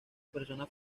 personas